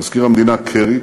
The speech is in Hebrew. מזכיר המדינה קרי,